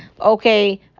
okay